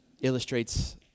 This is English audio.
illustrates